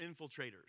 infiltrators